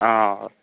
अँ